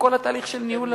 וכל התהליך של ניהול,